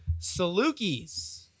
Salukis